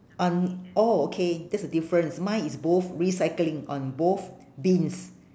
on oh okay that's the difference mine is both recycling on both bins